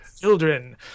children